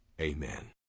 Amen